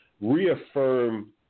reaffirm